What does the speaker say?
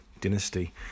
dynasty